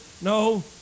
No